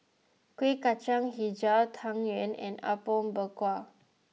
Kuih Kacang HiJau Tang Yuen and Apom Berkuah